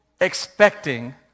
expecting